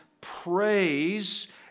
praise